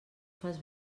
fas